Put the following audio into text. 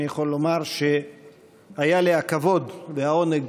אני יכול לומר שהיה לי הכבוד והעונג